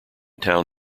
town